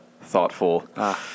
Thoughtful